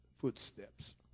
footsteps